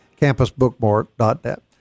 campusbookmark.net